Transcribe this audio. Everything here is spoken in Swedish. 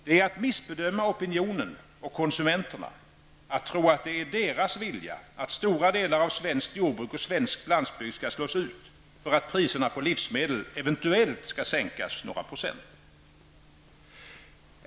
Det är att missbedöma opinionen och konsumenterna om man tror att det är deras vilja att stora delar av svenskt jordbruk och svensk landsbygd skall slås ut för att priserna på livsmedel eventuellt skall sänkas några procent.